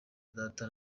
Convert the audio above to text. data